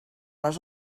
les